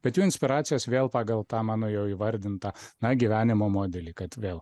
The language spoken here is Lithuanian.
bet jų inspiracijos vėl pagal tą mano jau įvardintą na gyvenimo modelį kad vėl